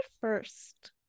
first